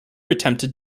attempted